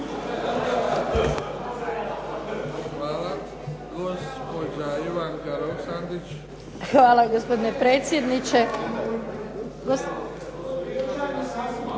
Hvala gospodine predsjedniče.